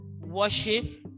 worship